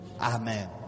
Amen